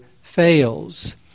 fails